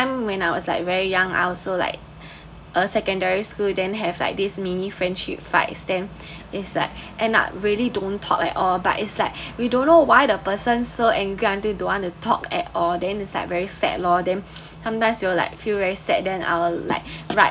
when I was like very young I also like a secondary school then have like these mini friendship fight stem is like end up really don't talk at all but it's like we don't know why the person so angry until don't want to talk at all then is like very sad lor then sometimes you will like feel very sad then our like right